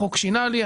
החוק שינה לי,